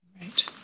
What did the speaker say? Right